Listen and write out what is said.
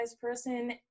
person